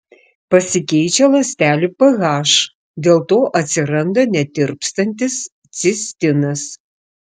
pasikeičia ląstelių ph dėl to atsiranda netirpstantis cistinas